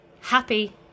happy